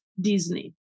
Disney